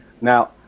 Now